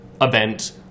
event